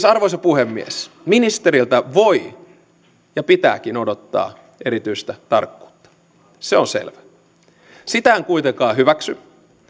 arvoisa puhemies ministeriltä voi ja pitääkin odottaa erityistä tarkkuutta se on selvä sitä en kuitenkaan hyväksy